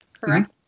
correct